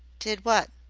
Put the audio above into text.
did what?